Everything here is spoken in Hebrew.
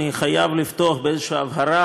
אני חייב לפתוח בהבהרה,